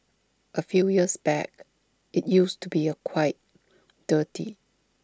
A few years back IT used to be A quite dirty